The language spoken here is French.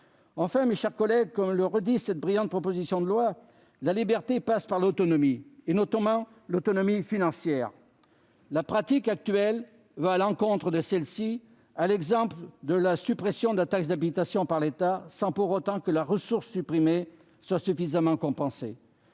Enfin, qu'on le redise à l'occasion de l'examen de cette brillante proposition de loi constitutionnelle : la liberté passe par l'autonomie et, notamment, l'autonomie financière. La pratique actuelle va à l'encontre de celle-ci, à l'exemple de la suppression de la taxe d'habitation par l'État, sans pour autant que la ressource supprimée soit suffisamment compensée.